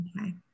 Okay